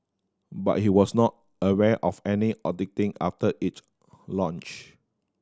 but he was not aware of any auditing after it launched